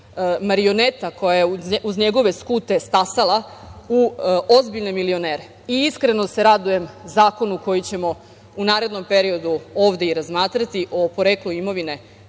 marioneta koja je uz njegove skute, stasala u ozbiljne milionere. Iskreno se radujem zakonu koji ćemo u narednom periodu ovde i razmatrati, o poreklu imovine